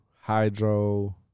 hydro